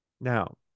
Now